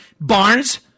Barnes